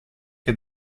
che